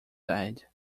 side